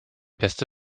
beste